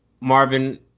Marvin